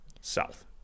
south